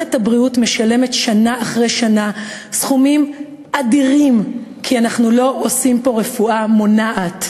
מערכת הבריאות משלמת שנה אחרי שנה סכומים אדירים כי אין פה רפואה מונעת.